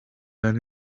that